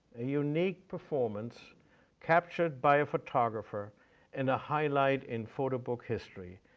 a unique performance captured by a photographer and a highlight in photo book history.